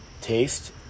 taste